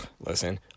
Listen